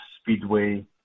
Speedway